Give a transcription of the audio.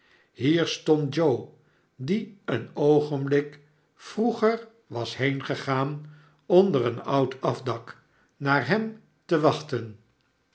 hier stond joe die een oogenblik vroeger was heengegaan onder een oud afdak naar hem te wachten